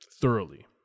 thoroughly